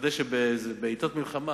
כדי שבעתות מלחמה,